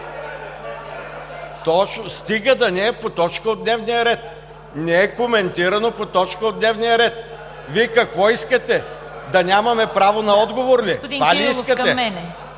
група! Стига да не е по точка от дневния ред, не е коментирано по точка от дневния ред. Вие какво искате – да нямаме право на отговор ли? Това ли искате?